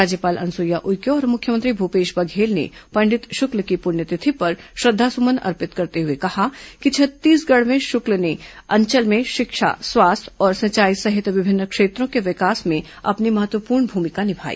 राज्यपाल अनुसुईया उइके और मुख्यमंत्री भूपेश बघेल ने पंडित शुक्ल की पुण्यतिथि पर श्रद्धासुमन अर्पित करते हुए कहा है कि श्री शुक्ल ने छत्तीसगढ़ अंचल में शिक्षा स्वास्थ्य और सिंचाई सहित विभिन्न क्षेत्रों के विकास में अपनी महत्वपूर्ण भूमिका निभाई